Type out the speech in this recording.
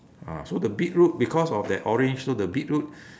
ah so the beetroot because of that orange so the beetroot